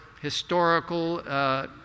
historical